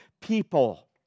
people